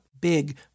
big